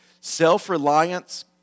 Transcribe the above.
Self-reliance